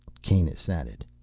kanus added.